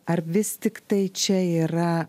ar vis tiktai čia yra